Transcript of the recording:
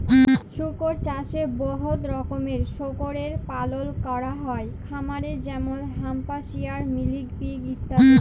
শুকর চাষে বহুত রকমের শুকরের পালল ক্যরা হ্যয় খামারে যেমল হ্যাম্পশায়ার, মিলি পিগ ইত্যাদি